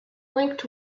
linked